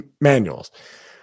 manuals